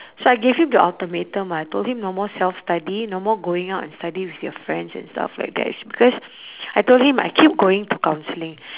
so I gave him the ultimatum I told him no more self study no more going out and study with your friends and stuff like that it's because I told him I keep going to counselling